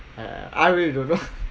I I really don't know